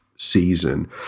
season